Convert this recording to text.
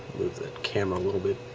camera a little bit